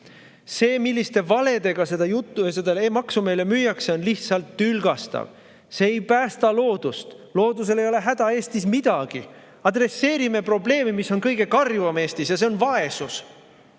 See, milliste valedega seda juttu ja seda maksu meile müüakse, on lihtsalt tülgastav. See ei päästa loodust, loodusel ei ole häda Eestis midagi. Adresseerime probleemi, mis on kõige karjuvam Eestis, ja see on vaesus.